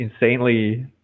insanely